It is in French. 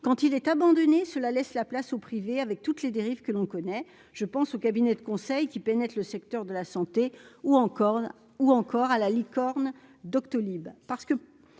quand il est abandonné, cela laisse la place au privé et à toutes les dérives afférentes- je pense aux cabinets de conseil qui pénètrent le secteur de la santé, ou encore à la « licorne » Doctolib. Parce que,